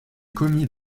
commis